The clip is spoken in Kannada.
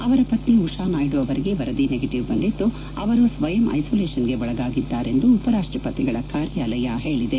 ಅವರ ಪತ್ನಿ ಉಷಾ ನಾಯ್ತು ಅವರಿಗೆ ವರದಿ ನೆಗೆಟವ್ ಬಂದಿದ್ದು ಅವರು ಸ್ವಯಂ ಐಸೋಲೇಷನ್ಗೆ ಒಳಗಾಗಿದ್ದಾರೆಂದು ಉಪರಾಷ್ಪತಿಗಳ ಕಾರ್ಯಾಲಯ ಹೇಳಿದೆ